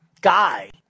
guy